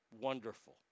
Wonderful